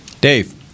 Dave